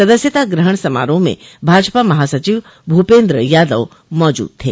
सदस्यता ग्रहण समारोह में भाजपा महासचिव भूपेन्द्र यादव मौजूद थे